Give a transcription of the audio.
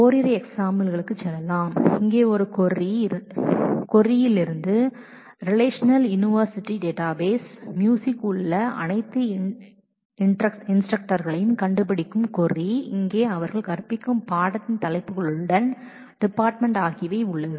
ஓரிரு எக்ஸாம்பிள் களுக்கு செல்லலாம் இங்கே ஒரு கொரி இங்கே ஒரு ரிலேஷன்ஸ் யூனிவர்சிட்டி டேட்டாபேஸ் என்பது இங்கே ஒரு கொரி மியூசிக் துறையில் உள்ள அனைத்து இன்ஸ்டரக்டர்களையும் கண்டுபிடிக்கும் கொரி இங்கே அவர்கள் கற்பிக்கும் பாடத்தின் தலைப்பு ஆகியவை உள்ளது